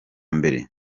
mbere